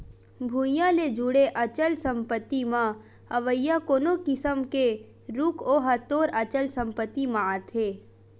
भुइँया ले जुड़े अचल संपत्ति म अवइया कोनो किसम के रूख ओहा तोर अचल संपत्ति म आथे